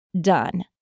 done